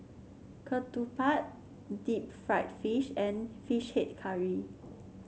ketupat Deep Fried Fish and fish head curry